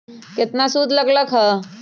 केतना सूद लग लक ह?